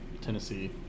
Tennessee